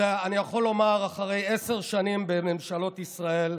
אני יכול לומר, אחרי עשר שנים בממשלות ישראל: